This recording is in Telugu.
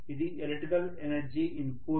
ఇది ఎలక్ట్రికల్ ఎనర్జీ ఇన్పుట్